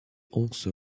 also